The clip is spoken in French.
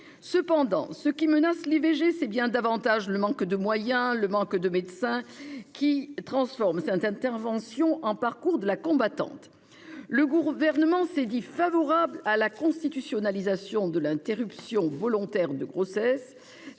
Cependant, ce qui menace l'IVG, c'est bien davantage le manque de moyens et de médecins, qui transforme cette intervention en parcours de la combattante. Le Gouvernement s'est dit favorable à la constitutionnalisation de l'interruption volontaire de grossesse.